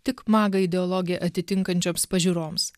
tik maga ideologiją atitinkančioms pažiūroms